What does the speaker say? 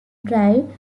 drive